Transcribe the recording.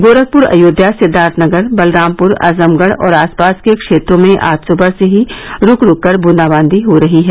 गोरखपुर अयोध्या सिद्धार्थनगर बलरामपुर आजमगढ़ और आसपास के क्षेत्रों में आज सुबह से रूक रूक कर ब्रदाबांदी हो रही है